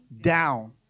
down